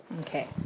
Okay